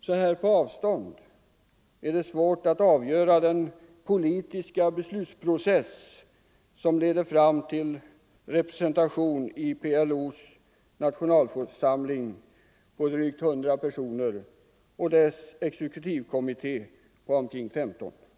Så här på avstånd är det svårt att avgöra den politiska beslutsprocess som leder fram till representationen i PLO:s nationalförsamling på drygt 100 personer och dess exekutivkommitté på omkring 15 personer.